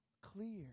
clear